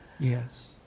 Yes